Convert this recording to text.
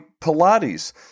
Pilates